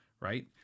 Right